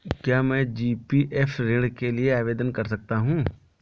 क्या मैं जी.पी.एफ ऋण के लिए आवेदन कर सकता हूँ?